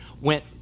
went